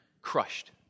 Crushed